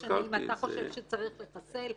ולא משנה אם אתה חושב שצריך לחסל,